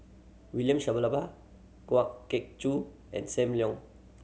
William Shellabear Kwa Geok Choo and Sam Leong